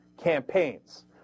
campaigns